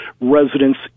residents